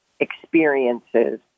experiences